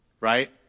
right